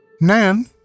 Nan